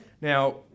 Now